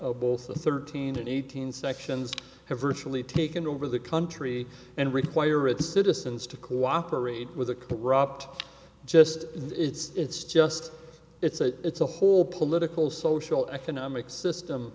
of both the thirteen and eighteen sections have virtually taken over the country and require its citizens to cooperate with a corrupt just it's just it's a it's a whole political social economic system